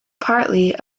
partly